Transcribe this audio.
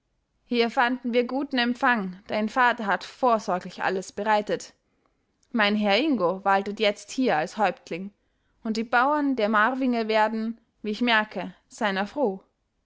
hier fanden wir guten empfang dein vater hatte vorsorglich alles bereitet mein herr ingo waltet jetzt hier als häuptling und die bauern der marvinge werden wie ich merke seiner froh